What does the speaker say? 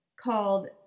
called